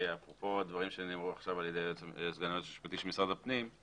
אפרופו הדברים שנאמרו עכשיו על ידי סגן היועץ המשפטי של משרד הפנים,